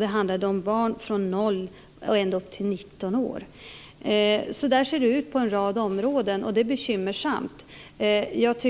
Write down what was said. Det handlade om barn från 0 till 19 år. Så ser det ut på en rad områden, och det är bekymmersamt. Jag